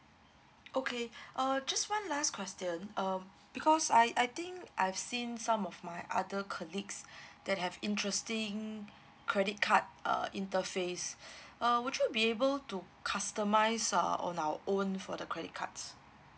okay uh just one last question um because I I think I've seen some of my other colleagues they have interesting credit card uh interface uh would you be able to customize uh on our own for the credit cards